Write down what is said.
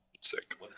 sick